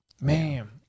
Man